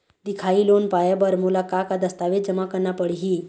दिखाही लोन पाए बर मोला का का दस्तावेज जमा करना पड़ही?